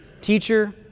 Teacher